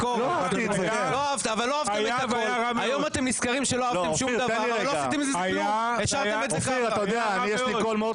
אתם רוצים לבלגן את עבודת הממשלה - זה עניין שלכם,